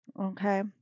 Okay